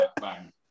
bang